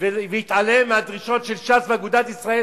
ויתעלם מהדרישות של ש"ס ואגודת ישראל,